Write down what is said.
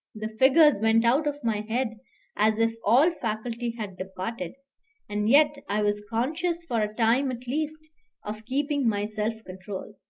the figures went out of my head as if all faculty had departed and yet i was conscious for a time at least of keeping my self-control.